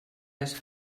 les